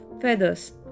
feathers